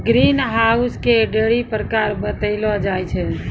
green house के ढ़ेरी प्रकार बतैलो जाय छै